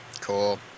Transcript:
Cool